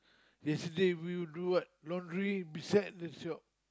yesterday we do what laundry beside the shop